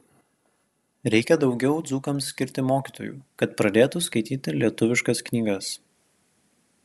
reikia daugiau dzūkams skirti mokytojų kad pradėtų skaityti lietuviškas knygas